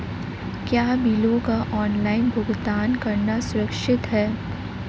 क्या बिलों का ऑनलाइन भुगतान करना सुरक्षित है?